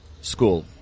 school